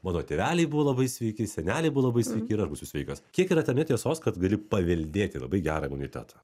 mano tėveliai buvo labai sveiki seneliai buvo labai sveiki ir aš būsiu sveikas kiek yra tame tiesos kad gali paveldėti labai gerą imunitetą